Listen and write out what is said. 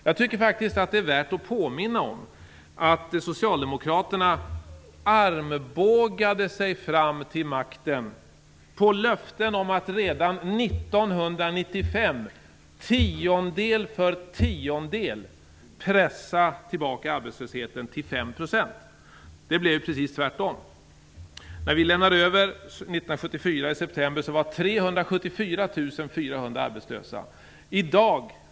Jag tycker faktiskt att det är värt att påminna om att socialdemokraterna armbågade sig fram till makten på löften om att redan 1995 "tiondel för tiondel" pressa tillbaka arbetslösheten till 5 %. Det blev precis tvärtom. När vi lämnade över i september 1994 var 374 400 arbetslösa.